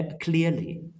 clearly